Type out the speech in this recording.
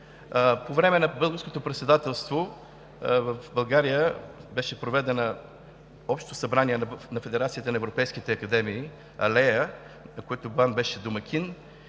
По време на Българското председателство в България беше проведено Общо събрание на Федерацията на европейските академии (ALLEA), на което БАН беше домакин